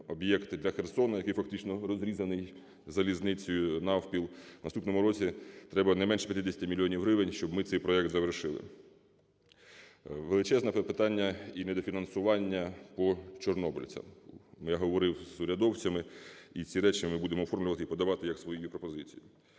об'єкт для Херсону, який фактично розрізаний залізницею навпіл. В наступному році треба не менш 50 мільйонів гривень, щоб ми цей проект завершили. Величезне питання і недофінансування по чорнобильцям. Я говорив з урядовцями, і ці речі ми будемо оформлювати і подавати як свої пропозиції.